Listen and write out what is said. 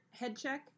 HeadCheck